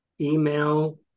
email